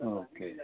okay